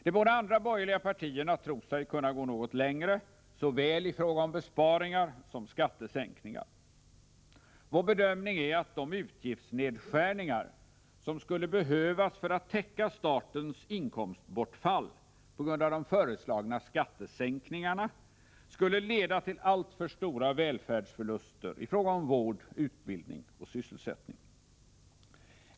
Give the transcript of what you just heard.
De båda andra borgerliga partierna tror sig kunna gå något längre såväl i fråga om besparingar som i fråga om skattesänkningar. Vår bedömning är att de utgiftsnedskärningar som skulle behövas för att täcka statens inkomstbortfall på grund av de föreslagna skattesänkningarna skulle leda till alltför stora välfärdsförluster i fråga om vård, utbildning och sysselsättning.